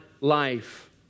life